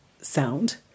sound